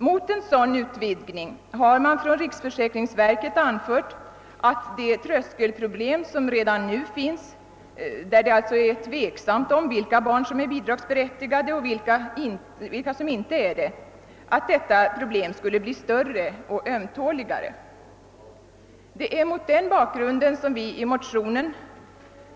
Mot en sådan utvidgning har riksförsäkringsverket anfört att det tröskelproblem som redan nu finns — där det är tveksamt om vilka barn som är bidragsberättigade och vilka som inte är det — skulle bli större och ömtåligare. Det är mot den bakgrunden som vi i motionen